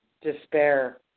despair